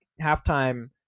halftime